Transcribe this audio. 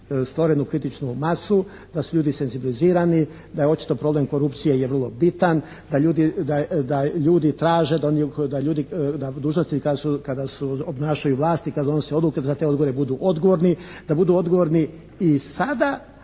stvorenu kritičnu masu da su ljudi senzibilizirani, da je očito problem korupcije je vrlo bitan, da ljudi traže, da dužnosnici kad obnašaju vlasti i kad donose odluke da za te odluke budu odgovorni, da budu odgovorni i sada